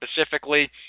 specifically